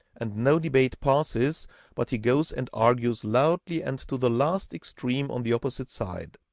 and no debate passes but he goes and argues loudly and to the last extreme on the opposite side.